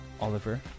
Oliver